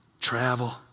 travel